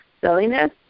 silliness